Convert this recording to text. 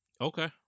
Okay